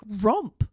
romp